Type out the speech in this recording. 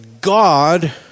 God